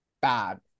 bad